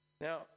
Now